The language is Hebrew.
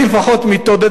אני לפחות מתעודד,